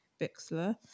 Bixler